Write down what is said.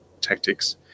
tactics